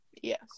Yes